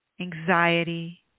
anxiety